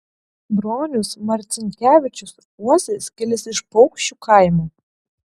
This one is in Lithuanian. bronius marcinkevičius uosis kilęs iš paukščių kaimo